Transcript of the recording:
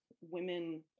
women